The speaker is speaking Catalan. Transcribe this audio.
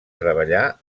treballar